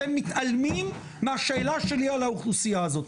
אתם מתעלמים מהשאלה שלי על האוכלוסייה הזו,